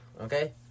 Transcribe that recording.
Okay